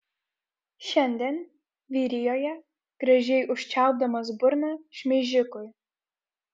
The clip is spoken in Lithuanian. šiandien vyrijoje gražiai užčiaupdamas burną šmeižikui